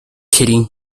kitty